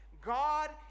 God